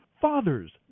Fathers